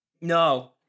no